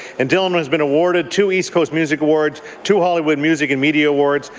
and dillon has been awarded two east coast music awards, two hollywood music and media awards,